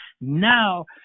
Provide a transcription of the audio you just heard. now